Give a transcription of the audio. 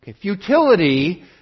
Futility